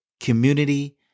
Community